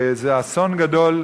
וזה אסון גדול,